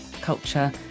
culture